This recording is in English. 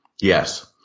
Yes